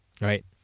right